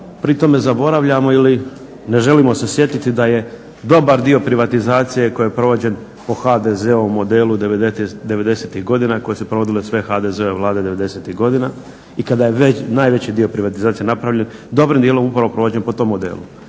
pri tome zaboravljamo ili ne želimo se sjetiti da je dobar dio privatizacije koji je provođen po HDZ-ovom modelu devedesetih godina koje su provodile sve HDZ-ove vlade devedesetih godina i kada je najveći dio privatizacije napravljen, dobrim dijelu provođen po tom modelu,